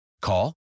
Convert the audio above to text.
Call